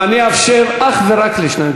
אבל אני אאפשר אך ורק לשניים,